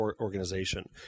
organization